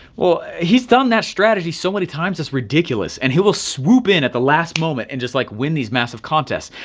well, he's done that strategy so many times, that's ridiculous. and he will swoop in at the last moment and just like win these massive contests.